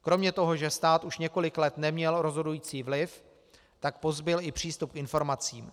Kromě toho, že stát už několik let neměl rozhodující vliv, tak pozbyl i přístup k informacím.